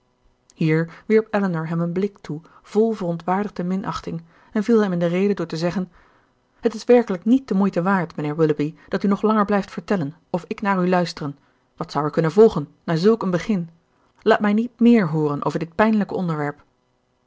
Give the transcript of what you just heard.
hier wierp elinor hem een blik toe vol verontwaardigde minachting en viel hem in de rede door te zeggen het is werkelijk niet de moeite waard mijnheer willoughby dat u nog langer blijft vertellen of ik naar u luisteren wat zou er kunnen volgen na zulk een begin laat mij niet méér hooren over dit pijnlijke onderwerp